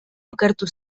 okertu